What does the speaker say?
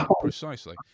precisely